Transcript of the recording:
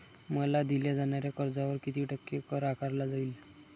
मला दिल्या जाणाऱ्या कर्जावर किती टक्के कर आकारला जाईल?